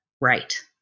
right